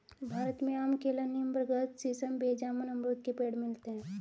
भारत में आम केला नीम बरगद सीसम बेर जामुन अमरुद के पेड़ मिलते है